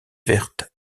verte